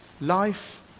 life